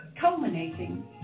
culminating